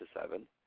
seven